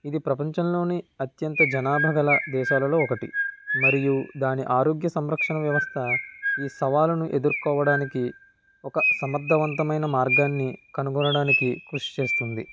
ఇది ప్రపంచంలోనే అత్యంత జనాభా గల దేశాలలో ఒకటి మరియు దాని ఆరోగ్య సంరక్షణ వ్యవస్థ ఈ సవాలును ఎదుర్కోవడానికి ఒక సమర్థవంతమైన మార్గాన్ని కనుగొనడానికి కృషి చేస్తుంది